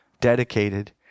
dedicated